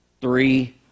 three